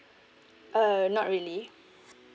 uh not really